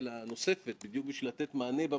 הם דיברו על כך שיש מפקח על הבנקים,